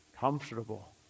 comfortable